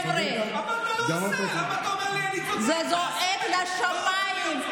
חבר'ה, זה זועק לשמיים.